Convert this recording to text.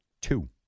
Two